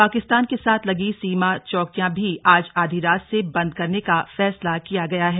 पाकिस्तान के साथ लगी सीमा चौकियां भी आज आधी रात से बंद करने का फैसला किया गया है